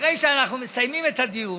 אחרי שאנחנו מסיימים את הדיון,